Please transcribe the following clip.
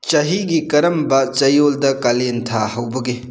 ꯆꯍꯤꯒꯤ ꯀꯔꯝꯕ ꯆꯌꯣꯜꯗ ꯀꯥꯂꯦꯟꯊꯥ ꯍꯧꯕꯒꯦ